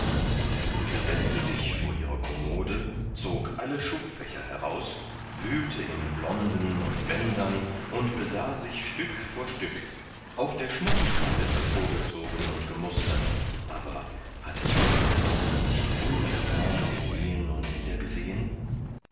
sie setzte sich vor ihre kommode zog alle schubfächer heraus wühlte in blonden und bändern und besah sich stück vor stück auch der schmuck wurde hervorgezogen und gemustert aber hatte sie dies alles nicht hundertmal gesehen und wiedergesehen